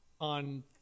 on